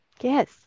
Yes